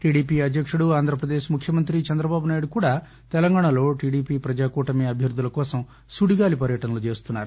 TDP అధ్యక్షుడు ఆంధ్రప్రదేశ్ ముఖ్యమంత్రి చంద్రబాబునాయుడు కూడా తెలంగాణలో టీడీపీ ప్రజాకూటమి అభ్యర్గుల కోసం సుడిగాలి ప్రచారం చేస్తున్నారు